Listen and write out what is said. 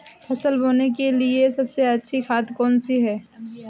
फसल बोने के लिए सबसे अच्छी खाद कौन सी होती है?